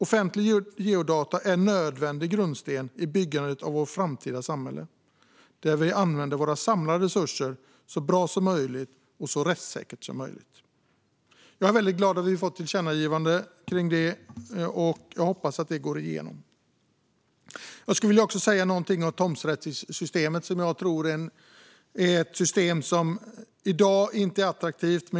Offentliga geodata är en nödvändig grundsten i byggandet av vårt framtida samhälle, där vi använder våra samlade resurser så bra som möjligt och så rättssäkert som möjligt. Jag är väldigt glad att vi har ett tillkännagivande kring det, och jag hoppas att det går igenom. Jag skulle också vilja säga något om tomträttssystemet, som i dag inte är attraktivt.